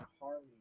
Harley